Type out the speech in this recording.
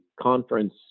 conference